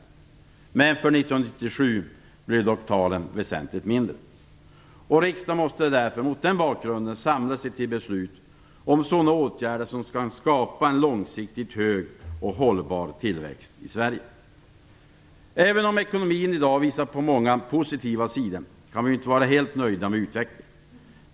För 1997 blir dock talen väsentligt mindre. Riksdagen måste därför samla sig till beslut om sådana åtgärder som kan skapa en långsiktigt hög och hållbar tillväxt i Även om ekonomin i dag visar på många positiva sidor kan vi inte vara helt nöjda med utvecklingen.